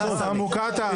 המוקטעה.